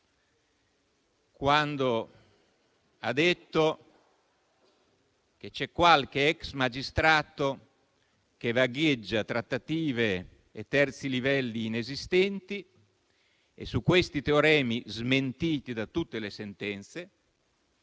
quando ha detto che qualche ex magistrato vagheggia trattative e terzi livelli inesistenti e su questi teoremi, smentiti da tutte le sentenze,